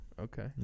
Okay